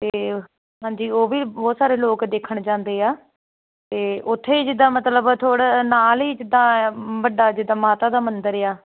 ਤੇ ਹਾਂਜੀ ਉਹ ਵੀ ਬਹੁਤ ਸਾਰੋ ਲੋੋਕ ਦੇਖਮ ਜਾਂਦੇ ਆ ਤੇ ਉੱਥੇ ਜਿੱਦਾ ਮਤਲਵ ਥੋੜਾ ਨਾਲ ਹੀ ਜਿੱਦਾਂ ਵੱਡਾ ਜਿਦਾਂ ਮਾਤਾ ਦਾ ਮੰਦਰ ਆ